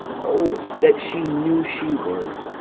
o that she knew she were!